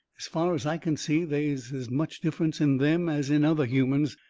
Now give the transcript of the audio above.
as fur as i can see, they is as much difference in them as in other humans.